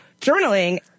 journaling